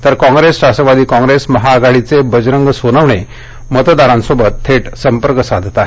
तर काँग्रेस राष्ट्रवादी काँग्रेस महाआघाडीचे बजरंग सोनवणे मतदारांशी थेट संपर्क साधत आहेत